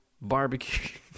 Barbecue